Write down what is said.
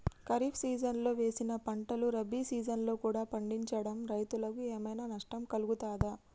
ఖరీఫ్ సీజన్లో వేసిన పంటలు రబీ సీజన్లో కూడా పండించడం రైతులకు ఏమైనా నష్టం కలుగుతదా?